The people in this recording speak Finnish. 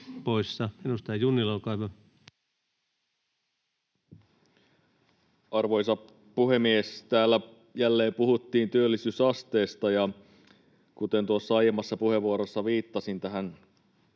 Arvoisa puhemies! Täällä jälleen puhuttiin työllisyysasteesta, ja kuten aiemmassa puheenvuorossa viittasin tähän